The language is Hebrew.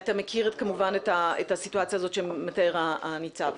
אתה מכיר כמובן את הסיטואציה הזאת שמתאר הניצב,